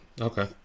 Okay